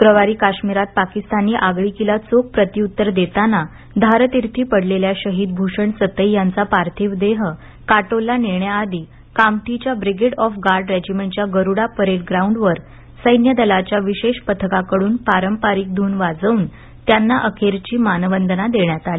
शुक्रवारी काश्मिरात पाकीस्तानी आगळिकीला चोख प्रत्युत्तर देताना धारतिर्थी पडलेल्या शहिद भूषण सतई यांचा पार्थिव देह काटोलला नेण्याआधी कामठीच्या ब्रिगेड ऑफ गार्ड रेजिमेंटच्या गरुडा परेड ग्राऊंडवर सैन्यदलाच्या विशेष पथकाकडून पारंपारिक धून वाजवून त्याना अखेरची मानवंदना देण्यात आली